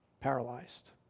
paralyzed